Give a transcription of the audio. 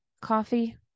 coffee